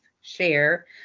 Share